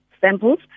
samples